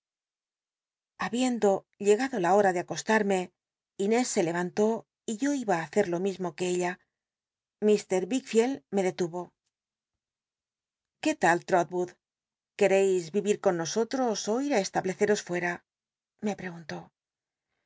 tiabiendo llegado la hora de acostarme inés se lcvnntó y yo iba á hacer lo mismo que ella ir wickfleld me detuvo irir con nosotros oirá estableceros fuera me preguntó